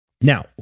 Now